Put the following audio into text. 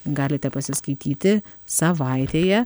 galite pasiskaityti savaitėje